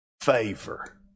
favor